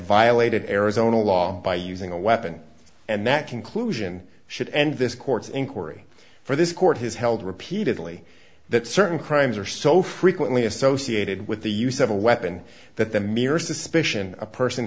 violated arizona law by using a weapon and that conclusion should end this court's inquiry for this court has held repeatedly that certain crimes are so frequently associated with the use of a weapon that the mere suspicion a person